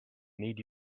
need